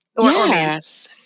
Yes